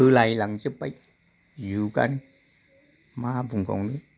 सोलायलांजोबबाय जुगानो मा बुंबावनो